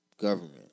government